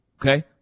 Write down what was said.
okay